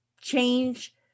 change